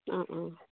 অঁ অঁ